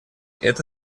это